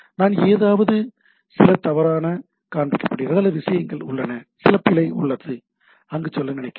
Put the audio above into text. நான் ஏதாவது சில தவறான காண்பிக்கப்படுகிறது அல்லது விஷயங்கள் உள்ளன சில பிழை உள்ளது அங்கு சொல்ல நினைக்கிறேன்